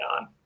on